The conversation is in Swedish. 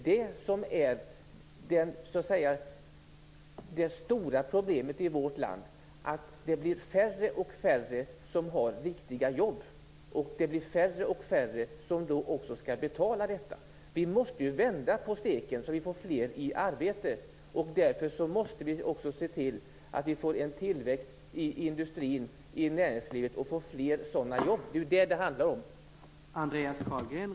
Det stora problemet i vårt land är ju att det blir färre och färre som har riktiga jobb, och det blir då också färre och färre som skall betala detta. Vi måste vända på steken så att vi får fler i arbete. Därför måste vi även se till att vi får tillväxt i industrin, i näringslivet, att vi får fler sådana jobb. Det är ju det som det handlar om.